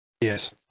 Yes